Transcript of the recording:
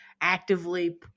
actively